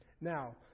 Now